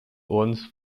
ordens